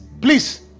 please